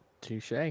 touche